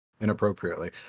inappropriately